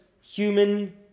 human